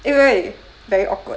因为 very awkward